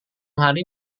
hari